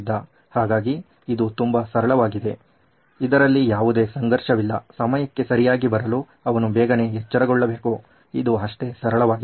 ಹಾಗಾಗಿ ಇದು ತುಂಬಾ ಸರಳವಾಗಿದೆ ಇದರಲ್ಲಿ ಯಾವುದೇ ಸಂಘರ್ಷವಿಲ್ಲ ಸಮಯಕ್ಕೆ ಸರಿಯಾಗಿ ಬರಲು ಅವನು ಬೇಗನೆ ಎಚ್ಚರಗೊಳ್ಳಬೇಕು ಇದು ಅಷ್ಟೇ ಸರಳವಾಗಿದೆ